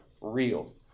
real